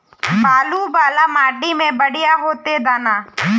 बालू वाला माटी में बढ़िया होते दाना?